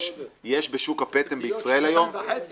יש בשוק הפטם בישראל היום ----- שנתיים וחצי?